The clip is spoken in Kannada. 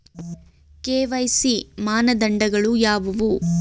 ಕೆ.ವೈ.ಸಿ ಮಾನದಂಡಗಳು ಯಾವುವು?